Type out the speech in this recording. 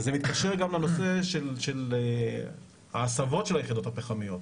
זה מתקשר גם לנושא של ההסבות של היחידות הפחמיות.